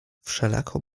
wszelako